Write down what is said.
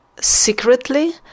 secretly